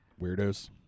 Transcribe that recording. weirdos